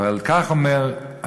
ועל כך בוכה,